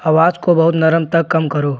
अवाज को बहुत नरम तक कम करो